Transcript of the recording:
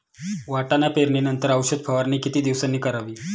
वाटाणा पेरणी नंतर औषध फवारणी किती दिवसांनी करावी?